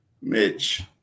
Mitch